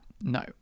No